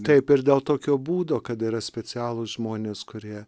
taip ir dėl tokio būdo kad yra specialūs žmonės kurie